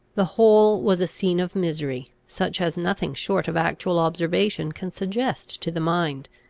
the whole was a scene of misery, such as nothing short of actual observation can suggest to the mind.